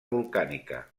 volcànica